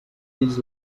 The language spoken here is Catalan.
ells